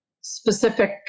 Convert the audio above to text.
specific